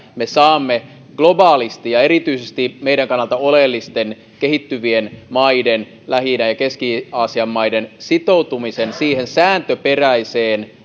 me saamme globaalisti ja erityisesti meidän kannaltamme oleellisten kehittyvien maiden lähi idän ja keski aasian maiden sitoutumisen siihen sääntöperäiseen